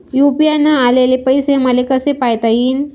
UPI न आलेले पैसे मले कसे पायता येईन?